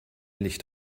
licht